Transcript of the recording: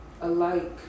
alike